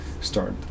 start